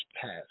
passed